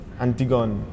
Antigone